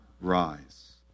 rise